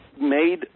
made